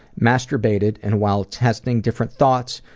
masturbated, and while testing different thoughts,